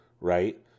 right